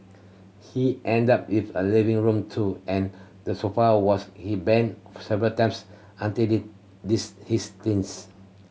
he ended up if a living room too and the sofa was his bed several times until the this his teens